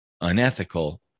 unethical